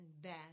best